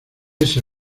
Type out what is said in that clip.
ese